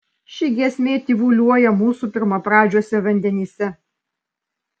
ši giesmė tyvuliuoja mūsų pirmapradžiuose vandenyse